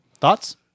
Thoughts